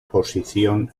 posición